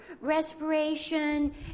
respiration